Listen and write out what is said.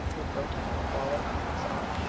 would brotow follow us up?